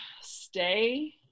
stay